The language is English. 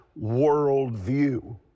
worldview